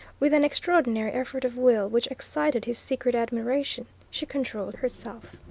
with an extraordinary effort of will which excited his secret admiration, she controlled herself.